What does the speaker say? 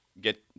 get